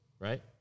Right